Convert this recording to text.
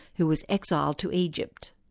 who was exiled to egypt.